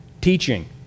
teaching